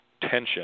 tension